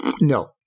No